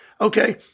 Okay